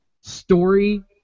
story